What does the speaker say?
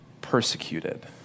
persecuted